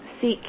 seek